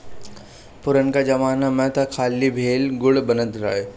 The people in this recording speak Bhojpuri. पुरनका जमाना में तअ खाली भेली, गुड़ बनत रहे